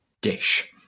dish